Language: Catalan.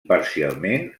parcialment